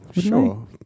Sure